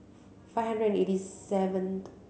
five hundred eighty seventh